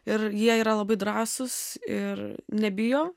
ir jie yra labai drąsūs ir nebijo